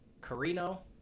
Carino